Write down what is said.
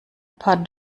paar